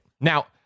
Now